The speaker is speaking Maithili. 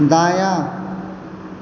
दायाँ